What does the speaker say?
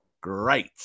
great